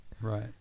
Right